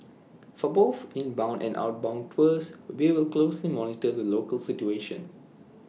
for both inbound and outbound tours we will closely monitor the local situation